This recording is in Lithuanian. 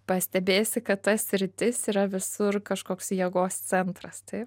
pastebėsi kad ta sritis yra visur kažkoks jėgos centras taip